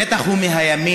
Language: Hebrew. בטח הוא מהימין,